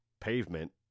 pavement